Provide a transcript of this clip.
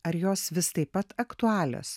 ar jos vis taip pat aktualios